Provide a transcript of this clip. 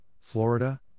Florida